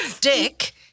dick